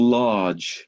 large